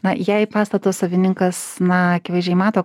na jei pastato savininkas na akivaizdžiai mato